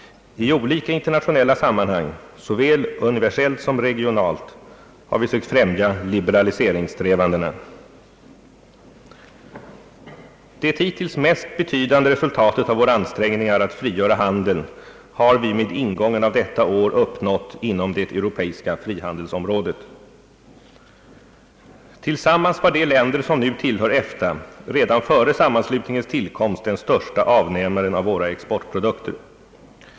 I olika internationella sammanhang såväl universellt som regionalt har vi sökt främja liberaliseringssträvandena. Det hittills mest betydande resultatet av våra ansträngningar att frigöra handeln har vi med ingången av detta år uppnått inom det europeiska frihandelsområdet. Tillsammans var de länder som nu tillhör EFTA redan före sammanslutningens tillkomst den största avnämaren av våra exportprodukter.